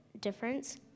difference